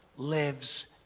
lives